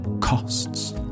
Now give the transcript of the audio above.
costs